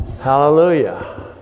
Hallelujah